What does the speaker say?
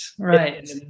Right